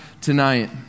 tonight